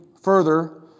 further